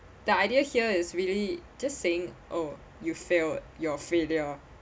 the idea here is really just saying oh you failed you're a failure